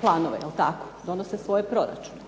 planove jel' tako, donose svoje proračune.